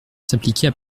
s’appliquer